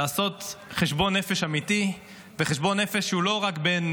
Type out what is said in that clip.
לעשות חשבון נפש אמיתי, חשבון נפש שהוא לא רק בין